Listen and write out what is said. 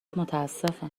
متاسفم